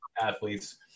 athletes